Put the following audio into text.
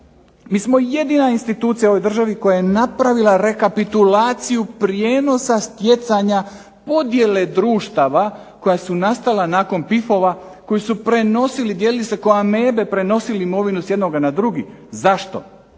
mi smo jedina institucija u ovoj državi koja je napravila rekapitulacija prijenosa stjecanja podjele društava koja su nastala nakon PIF-ova koji su prenosili, dijeli se ko' amebe, prenosili imovinu s jednoga na drugi. Zašto?